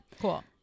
Cool